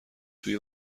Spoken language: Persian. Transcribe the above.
توی